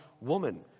woman